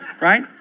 Right